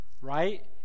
Right